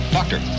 Doctor